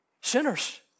Sinners